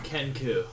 Kenku